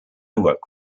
work